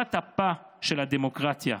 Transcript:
נשמת אפה של הדמוקרטיה,